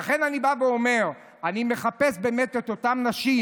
לכן אני בא ואומר: אני מחפש באמת את אותן נשים.